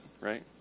right